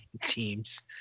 teams